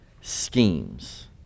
schemes